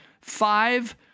five